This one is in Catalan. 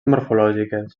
morfològiques